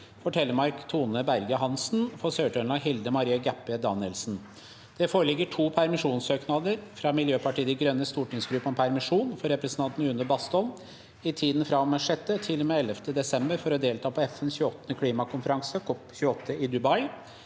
For Telemark: Tone E. Berge Hansen For Sør-Trøndelag: Hilde Marie Gaebpie Danielsen Det foreligger to permisjonssøknader: – fra Miljøpartiet De Grønnes stortingsgruppe om permisjon for representanten Une Bastholm i tiden fra og med 6. til og med 11. desember for å delta på FNs 28. klimakonferanse (COP 28) i Dubai